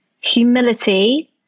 humility